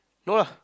no lah